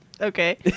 Okay